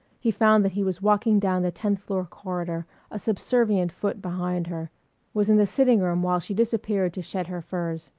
he found that he was walking down the tenth-floor corridor a subservient foot behind her was in the sitting room while she disappeared to shed her furs.